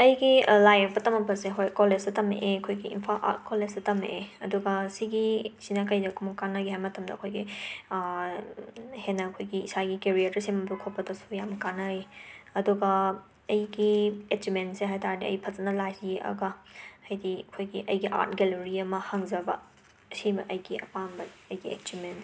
ꯑꯩꯒꯤ ꯂꯥꯏ ꯌꯦꯛꯄ ꯇꯝꯂꯛꯄꯁꯦ ꯍꯣꯏ ꯀꯣꯂꯦꯁꯇ ꯇꯝꯃꯛꯑꯦ ꯑꯩꯈꯣꯏꯒꯤ ꯏꯝꯐꯥꯜ ꯑꯥꯔꯠ ꯀꯣꯂꯦꯁꯇ ꯇꯝꯃꯛꯑꯦ ꯑꯗꯨꯒ ꯁꯤꯒꯤ ꯁꯤꯅ ꯀꯩꯗꯒꯨꯝꯕ ꯀꯥꯟꯅꯒꯦ ꯍꯥꯏꯕ ꯃꯇꯝꯗ ꯑꯩꯈꯣꯏꯒꯤ ꯍꯦꯟꯅ ꯑꯩꯈꯣꯏꯒꯤ ꯏꯁꯥꯒꯤ ꯀꯦꯔꯤꯌꯔꯗ ꯁꯦꯝꯕ ꯈꯣꯠꯄꯗꯁꯨ ꯌꯥꯝꯅ ꯀꯥꯟꯅꯩ ꯑꯗꯨꯒ ꯑꯩꯒꯤ ꯑꯦꯆꯤꯞꯃꯦꯟꯁꯦ ꯍꯥꯏ ꯇꯥꯔꯗꯤ ꯑꯩ ꯐꯖꯅ ꯂꯥꯏꯁꯦ ꯌꯦꯛꯑꯒ ꯍꯥꯏꯗꯤ ꯑꯩꯈꯣꯏꯒꯤ ꯑꯩꯒꯤ ꯑꯥꯔꯠ ꯒꯦꯂꯣꯔꯤ ꯑꯃ ꯍꯥꯡꯖꯕ ꯑꯁꯤꯃ ꯑꯩꯒꯤ ꯑꯄꯥꯝꯕꯅꯤ ꯑꯩꯒꯤ ꯑꯆꯤꯞꯃꯦꯟꯅꯦ